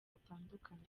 batandukanye